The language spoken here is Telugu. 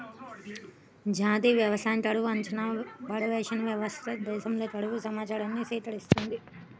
జాతీయ వ్యవసాయ కరువు అంచనా, పర్యవేక్షణ వ్యవస్థ దేశంలోని కరువు సమాచారాన్ని సేకరిస్తుంది